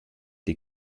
die